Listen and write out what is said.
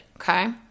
Okay